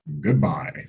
Goodbye